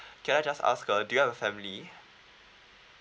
can I just ask uh do you have a family